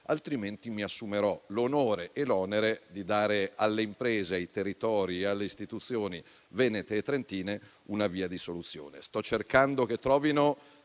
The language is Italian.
altrimenti mi assumerò l'onore e l'onere di dare alle imprese, ai territori e alle istituzioni venete e trentine una via di soluzione.